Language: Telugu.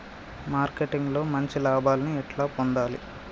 మార్కెటింగ్ లో మంచి లాభాల్ని ఎట్లా పొందాలి?